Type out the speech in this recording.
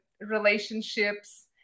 relationships